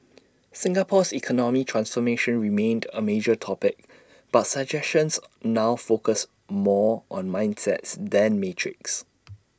Singapore's economic transformation remained A major topic but suggestions now focused more on mindsets than metrics